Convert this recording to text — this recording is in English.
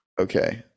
Okay